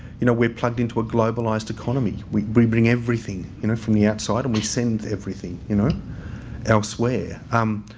you know we're plugged into a globalised economy. we bring bring everything you know from the outside and we send everything, you know elsewhere. um